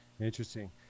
interesting